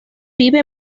vive